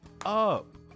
up